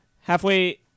Halfway